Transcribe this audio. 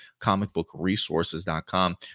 comicbookresources.com